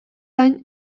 gain